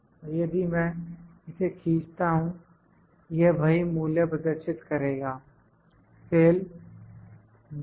अब यदि मैं इसे खींचता हूं यह वही मूल्य प्रदर्शित करेगा सेल G18